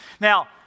Now